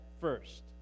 first